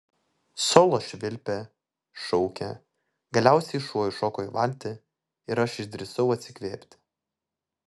solo švilpė šaukė galiausiai šuo įšoko į valtį ir aš išdrįsau atsikvėpti